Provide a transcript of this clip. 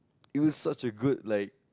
he was such a good leh